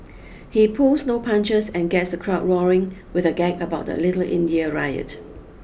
he pulls no punches and gets the crowd roaring with a gag about the Little India riot